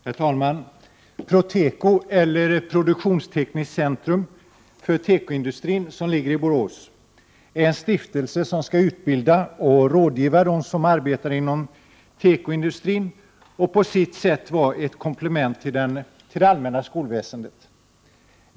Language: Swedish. Herr talman! Proteko, eller Produktionstekniskt centrum för tekoindustrin, som ligger i Borås är en stiftelse som skall tillhandahålla utbildning och lämna rådgivning till dem som arbetar inom tekoindustrin. Dessutom skall Proteko på sitt sätt utgöra ett komplement till det allmänna skolväsendet.